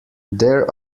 there